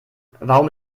warum